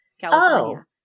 California